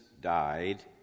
died